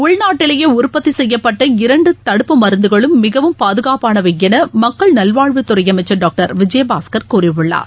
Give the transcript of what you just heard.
உள்நாட்டிலேயேஉற்பத்திசெய்யப்பட்ட இரண்டுதடுப்பு மருந்துகளும் மிகவும் பாதுகாப்பானவைஎமக்கள் நல்வாழ்வுத்துறைஅமைச்சர் டாக்டர் விஜயபாஸ்கர் கூறியுள்ளார்